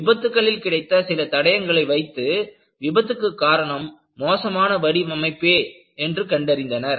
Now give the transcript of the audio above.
விபத்துக்களில் கிடைத்த சில தடயங்களை வைத்து விபத்துக்கு காரணம் மோசமான வடிவமைப்பே என்று கண்டறிந்தனர்